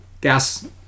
gas